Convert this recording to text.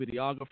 videographer